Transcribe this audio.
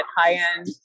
high-end